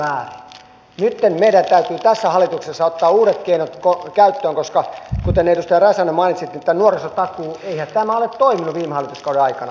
nytten meidän täytyy tässä hallituksessa ottaa uudet keinot käyttöön koska kuten edustaja räsänen mainitsitte eihän nuorisotakuu ole toiminut viime hallituskauden aikana